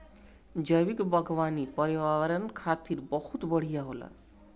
जैविक बागवानी पर्यावरण खातिर बहुत बढ़िया होला